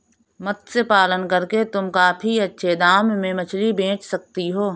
मत्स्य पालन करके तुम काफी अच्छे दाम में मछली बेच सकती हो